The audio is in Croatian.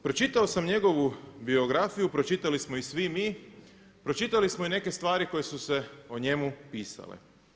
Pročitao sam njegovu biografiju, pročitali smo i svi mi, pročitali smo i neke stvari koje su se o njemu pisale.